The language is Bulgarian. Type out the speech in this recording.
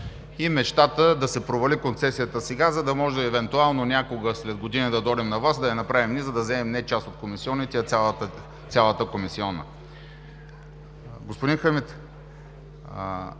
И мечтата – да се провали концесията сега, за да може евентуално някога след години да дойдем на власт, да я направим ние, за да вземем не част от комисионите, а цялата комисиона.